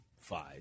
five